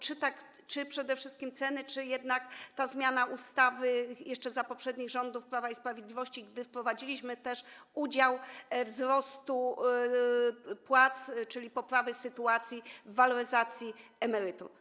Czy przede wszystkim ceny, czy jednak chodzi o tę zmianę ustawy jeszcze za poprzednich rządów Prawa i Sprawiedliwości, gdy wprowadziliśmy też udział wzrostu płac, czyli poprawy sytuacji, w waloryzacji emerytur?